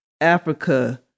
Africa